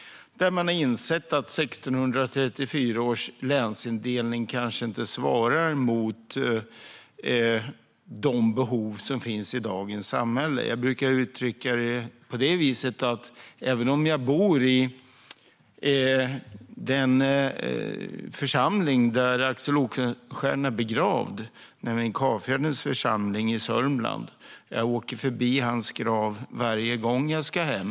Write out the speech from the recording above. Man har insett att 1634 års länsindelning kanske inte svarar mot de behov som finns i dagens samhälle. Jag brukar uttrycka det på detta vis: Jag bor i den församling där Axel Oxenstierna är begravd, nämligen i Kafjärdens församling i Sörmland. Jag åker förbi hans grav varje gång jag ska hem.